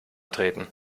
treten